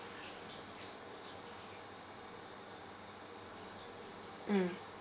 mm